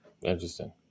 Interesting